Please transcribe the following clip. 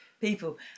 people